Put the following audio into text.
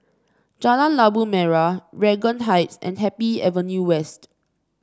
Jalan Labu Merah Regent Heights and Happy Avenue West